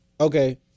Okay